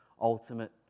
ultimate